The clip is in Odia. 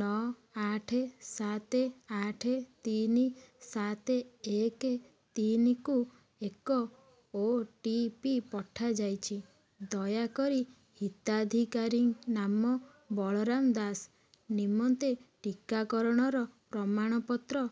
ନଅ ଆଠ ସାତ ଆଠ ତିନି ସାତ ଏକ ତିନିକୁ ଏକ ଓ ଟି ପି ପଠାଯାଇଛି ଦୟାକରି ହିତାଧିକାରୀ ନାମ ବଳରାମ ଦାସ ନିମନ୍ତେ ଟିକାକରଣର ପ୍ରମାଣପତ୍ର